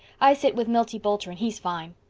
i sit with milty boulter and he's fine.